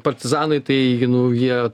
partizanai tai nu jie